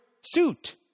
suit